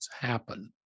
happen